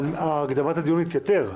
אבל הקדמת הדיון מתייתרת.